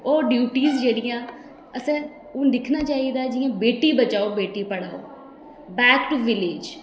ओह् ड्यूटीज जेह्ड़ियां असें हून दिक्खना चाहिदा जि'यां बेटी बचाओ बेटी पढ़ाओ बैक टू विलेज